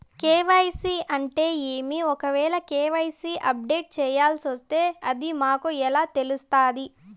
KYC అంటే ఏమి? ఒకవేల కె.వై.సి అప్డేట్ చేయాల్సొస్తే అది మాకు ఎలా తెలుస్తాది?